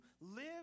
live